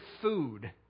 food